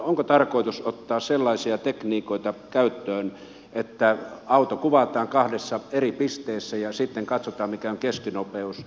onko tarkoitus ottaa sellaisia tekniikoita käyttöön että auto kuvataan kahdessa eri pisteessä ja sitten katsotaan mikä on keskinopeus